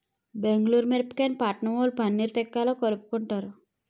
బెంగుళూరు మిరపకాయని పట్నంవొళ్ళు పన్నీర్ తిక్కాలో కలుపుకుంటారు